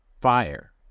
fire